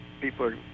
people